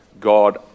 God